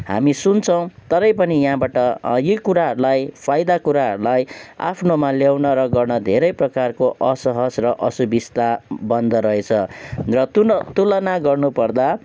हामी सुन्छौँ तरै पनि यहाँबाट यी कुराहरूलाई फाइदाको कुराहरूलाई आफ्नोमा ल्याउन र गर्न धेरै प्रकारको असहज र असुविस्ता बन्दोरहेछ र तुल तुलना गर्नुपर्दा